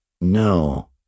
No